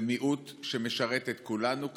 זה מיעוט שמשרת את כולנו כאן,